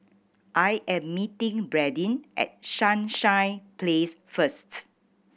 I am meeting Bradyn at Sunshine Place first